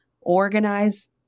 organize